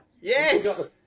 Yes